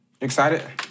excited